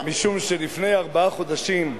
משום שלפני ארבעה חודשים,